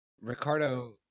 ricardo